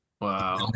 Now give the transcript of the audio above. wow